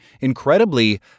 incredibly